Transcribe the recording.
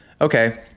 okay